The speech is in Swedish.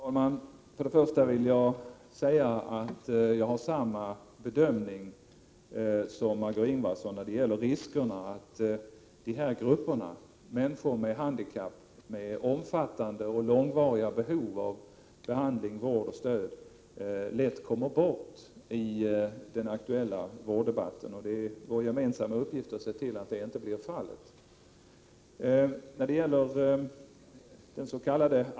Herr talman! Först vill jag säga att jag gör samma bedömning som Margöé Ingvardsson när det gäller riskerna att de här grupperna, människor med handikapp och med omfattande och långvarigt behov av behandling, vård och stöd, lätt kommer bort i den aktuella vårddebatten. Det är vår gemensamma uppgift att se till att det inte blir fallet. Även jag beklagar att dens.k.